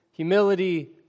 humility